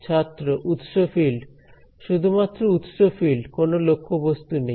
ছাত্র উৎস ফিল্ড শুধুমাত্র উৎস ফিল্ড কোন লক্ষ্যবস্তু নেই